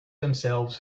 themselves